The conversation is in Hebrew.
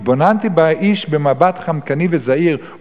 התבוננתי באיש במבט חמקני וזהיר,